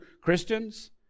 Christians